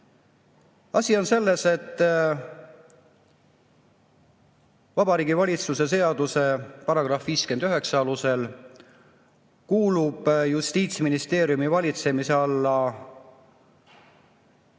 Asi on selles, et Vabariigi Valitsuse seaduse § 59 alusel kuulub Justiitsministeeriumi valitsemise alla ka